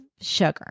sugar